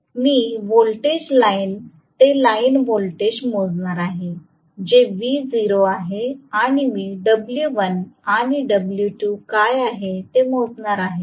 मी voltage line ते line voltage मोजणार आहे जे V0 आहे आणि मी W1 आणि W2 काय आहे हे मोजणार आहे